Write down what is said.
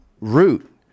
root